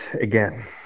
again